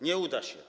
Nie uda się.